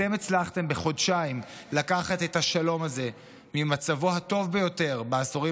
אתם הצלחתם בחודשיים לקחת את השלום הזה ממצבו הטוב ביותר בעשורים